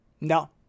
No